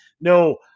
No